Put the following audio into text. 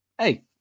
Hey